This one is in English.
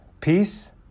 peace